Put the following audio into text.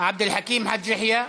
עבד אל חכים חאג' יחיא,